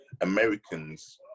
Americans